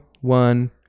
one